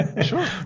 sure